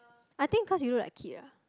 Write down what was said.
I think cause you look like kid ah